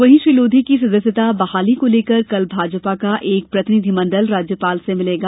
वहीं श्री लोधी की सदस्यता बहाली को लेकर कल भाजपा का एक प्रतिनिधि मंडल राज्यपाल से मिलेगा